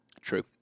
True